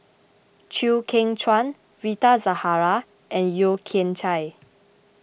Chew Kheng Chuan Rita Zahara and Yeo Kian Chai